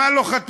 מה לא חתמה,